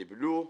טיפלו,